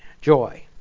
joy